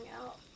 out